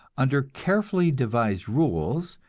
under carefully devised rules,